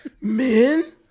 men